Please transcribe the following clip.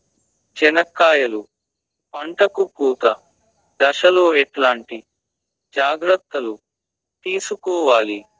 చెనక్కాయలు పంట కు పూత దశలో ఎట్లాంటి జాగ్రత్తలు తీసుకోవాలి?